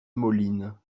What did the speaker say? moline